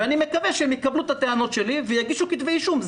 ואני מקווה שהם יקבלו את הטענות שלי ויגישו כתבי אישום.